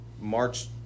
march